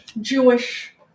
Jewish